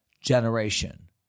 generation